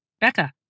Becca